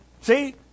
See